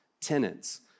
Tenants